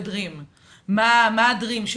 ולומר מה החלום שלי.